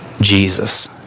Jesus